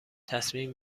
تصمیم